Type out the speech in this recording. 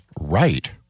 right